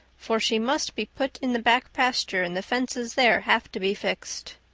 for she must be put in the back pasture and the fences there have to be fixed.